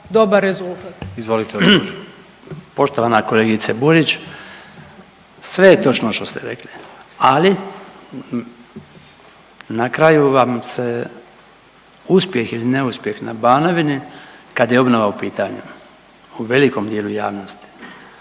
**Bačić, Branko (HDZ)** Poštovana kolegice Burić sve je točno što ste rekli, ali na kraju vam se uspjeh ili neuspjeh na Banovini kad je obnova u pitanju u velikom dijelu javnosti